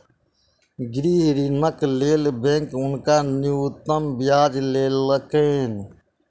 गृह ऋणक लेल बैंक हुनका न्यूनतम ब्याज लेलकैन